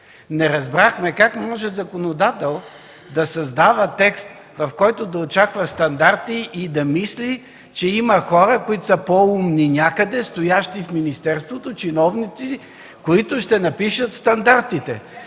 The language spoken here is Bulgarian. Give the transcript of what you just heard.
Не разбрахме как може законодател да създава текст, в който да очаква стандарти и да мисли, че има хора, които са по-умни някъде, стоящи в министерството – чиновници, които ще напишат стандартите?